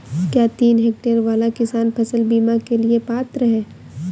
क्या तीन हेक्टेयर वाला किसान फसल बीमा के लिए पात्र हैं?